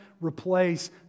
replace